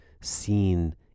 seen